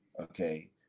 okay